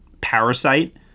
Parasite